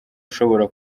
ushobora